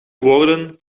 woorden